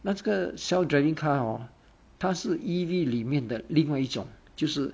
那这个 self driving car hor 它是 E_V 里面的另外一种就是